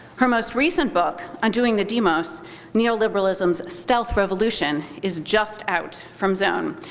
her most recent book, undoing the demos neoliberalism to stealth revolution is just out from zone,